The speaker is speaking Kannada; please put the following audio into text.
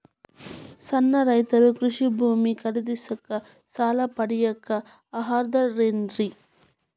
ಸಣ್ಣ ರೈತರು ಕೃಷಿ ಭೂಮಿ ಖರೇದಿಸಾಕ, ಸಾಲ ಪಡಿಯಾಕ ಅರ್ಹರಿದ್ದಾರೇನ್ರಿ?